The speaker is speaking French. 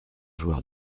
joueur